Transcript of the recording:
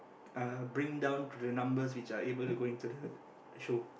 uh bring down to the numbers which are able to go into the show